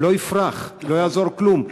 לא יפרח, לא יעזור כלום.